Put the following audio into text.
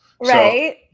Right